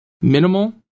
Minimal